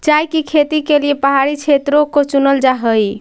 चाय की खेती के लिए पहाड़ी क्षेत्रों को चुनल जा हई